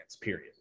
period